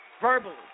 verbally